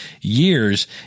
years